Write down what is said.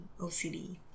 OCD